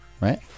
right